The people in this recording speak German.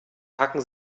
packen